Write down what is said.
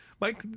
Mike